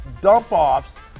dump-offs